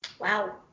Wow